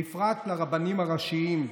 בפרט הרבנים הראשיים.